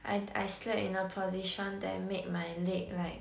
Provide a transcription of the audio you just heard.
I I slept in a position that make my leg like